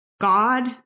God